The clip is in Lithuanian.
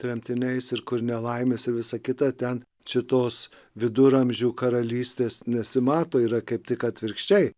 tremtiniais ir kur nelaimės ir visa kita ten šitos viduramžių karalystės nesimato yra kaip tik atvirkščiai